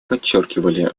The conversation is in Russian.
подчеркивали